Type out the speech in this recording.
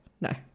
No